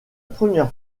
première